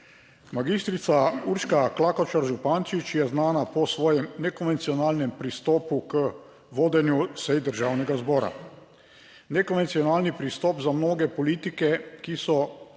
Magistrica Urška Klakočar Zupančič je znana po svojem nekonvencionalnem pristopu k vodenju sej Državnega zbora. Nekonvencionalni pristop za mnoge politike, ki so bili